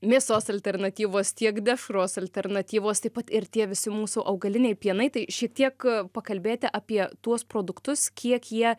mėsos alternatyvos tiek dešros alternatyvos taip pat ir tie visi mūsų augaliniai pienai tai šiek tiek pakalbėti apie tuos produktus kiek jie